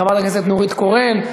חברת הכנסת נורית קורן,